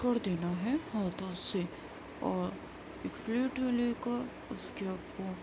کر دینا ہے ہاتھوں سے اور ایک پلیٹ میں لے کر اس کے اوپر